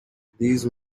these